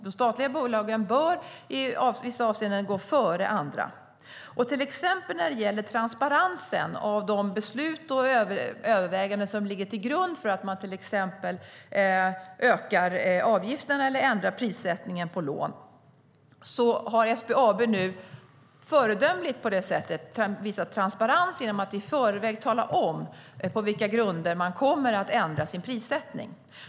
De statliga bolagen bör i vissa avseenden gå i täten, till exempel när det gäller transparens i de beslut och överväganden som ligger till grund för att man exempelvis höjer avgiften eller ändrar prissättningen på lån. SBAB har nu visat föredömlig transparens genom att i förväg tala om på vilka grunder man kommer att ändra sin prissättning.